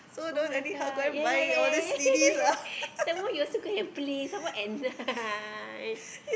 [oh]-my-god ya ya ya ya ya some more you also go and play some more at night